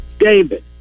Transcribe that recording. David